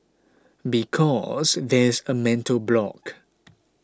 because there's a mental block